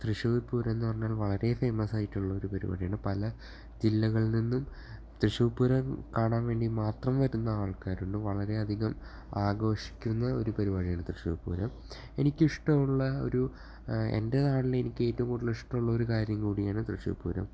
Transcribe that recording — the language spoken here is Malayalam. തൃശ്ശൂർ പൂരം എന്നുപറഞ്ഞാൽ വളരെ ഫെയ്മസ് ആയിട്ടുള്ളൊരു പരിപാടിയാണ് പല ജില്ലകളിലിൽ നിന്നും തൃശ്ശൂർ പൂരം കാണാൻ വേണ്ടി മാത്രം വരുന്ന ആൾകാരുണ്ട് വളരെയധികം ആഘോഷിക്കുന്ന ഒരു പരിപാടിയാണ് തൃശ്ശൂർ പൂരം എനിക്ക് ഇഷ്ടമുള്ള ഒരു എൻ്റേതായിട്ട് എനിക്ക് ഏറ്റവും കൂടുതൽ ഇഷ്ടമുള്ള ഒരു കാര്യം കൂടിയാണ് തൃശ്ശൂർ പൂരം